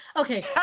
Okay